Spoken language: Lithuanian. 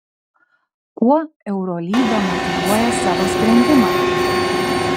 kuo eurolyga motyvuoja savo sprendimą